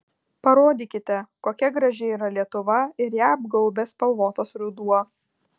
parodykite kokia graži yra lietuva ir ją apgaubęs spalvotas ruduo